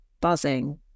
buzzing